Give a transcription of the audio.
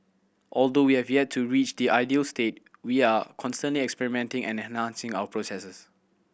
although we have yet to reach the ideal state we are consoling experimenting and enhancing our processes